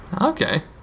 Okay